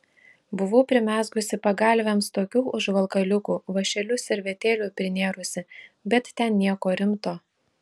buvau primezgusi pagalvėms tokių užvalkaliukų vąšeliu servetėlių prinėrusi bet ten nieko rimto